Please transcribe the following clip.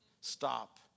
stop